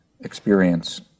experience